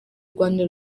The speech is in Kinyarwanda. rwanda